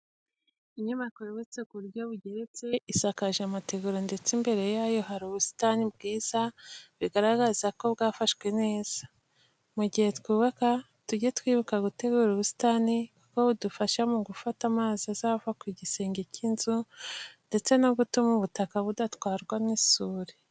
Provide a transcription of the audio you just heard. Inyubako yubatse ku buryo bugeretse, isakaje amategura ndetse imbere yayo hari ubusitani bwiza, bigaragara ko bwafashwe neza. Mu gihe twubaka tujye twibuka gutera ubusitani kuko budufasha mu gufata amazi ava ku gisenge cy'inzu ndetse no gutuma ubutaka budatwarwa n'isuri.